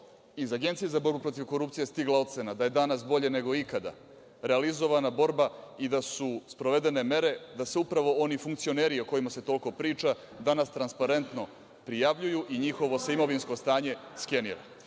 iz Agencije za borbu protiv korupcije stigla ocena da je danas bolje nego ikada realizovana borba i da su sprovedene mere da se upravo oni funkcioneri, o kojima se toliko priča, danas transparentno prijavljuju i njihovo se imovinsko stanje skenira. Sada,